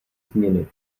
změny